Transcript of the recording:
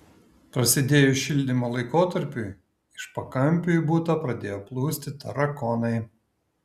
prasidėjus šildymo laikotarpiui iš pakampių į butą pradėjo plūsti tarakonai